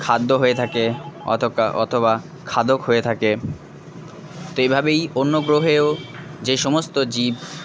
খাদ্য হয়ে থাকে অথকা অথবা খাদক হয়ে থাকে তো এইভাবেই অন্য গ্রহেও যে সমস্ত জীব